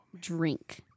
drink